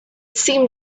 seemed